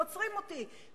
עוצרים אותי,